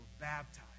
baptized